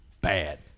bad